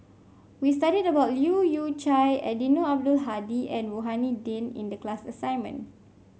we studied about Leu Yew Chye Eddino Abdul Hadi and Rohani Din in the class assignment